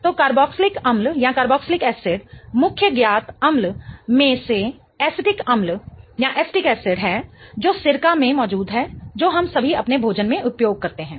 तो कार्बोक्जिलिकअम्ल मुख्य ज्ञात अम्ल में से एसिटिकअम्ल है जो सिरका में मौजूद है जो हम सभी अपने भोजन में उपयोग करते हैं